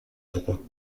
droit